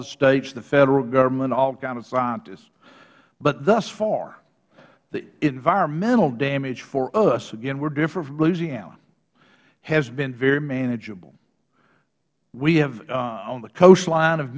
the states the federal government all kind of scientists but thus far environmental damage for us again we are different from louisiana has been very manageable we have on the coastline of